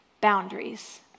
Boundaries